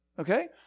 okay